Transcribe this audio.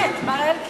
אומרות אמת, אלקין.